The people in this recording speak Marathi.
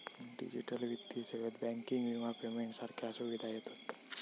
डिजिटल वित्तीय सेवेत बँकिंग, विमा, पेमेंट सारख्या सुविधा येतत